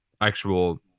actual